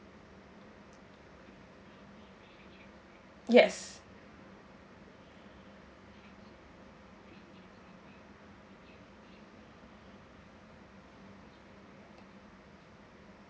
yes